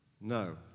No